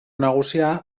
nagusia